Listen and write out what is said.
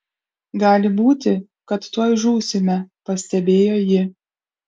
gali būti kad tuoj žūsime pastebėjo ji